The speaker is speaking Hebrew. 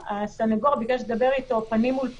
הסנגור ביקש לדבר אתו פנים מול פנים,